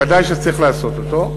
ודאי שצריך לעשות אותו,